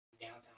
downtown